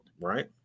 right